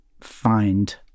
find